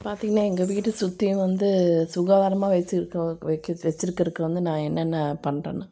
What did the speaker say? பார்த்தீங்கன்னா எங்கள் வீட்டை சுற்றியும் வந்து சுகாதாரமாக வெச்சுருக்கோம் வெச்சுக் வெச்சுருக்குறக்கு வந்து நான் என்னென்ன பண்றேன்னால்